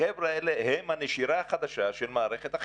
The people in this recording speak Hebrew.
החבר'ה האלה הם הנשירה החדשה של מערכת החינוך.